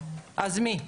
אז מי?